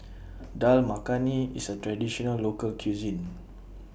Dal Makhani IS A Traditional Local Cuisine